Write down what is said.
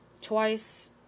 TWICE